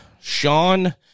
Sean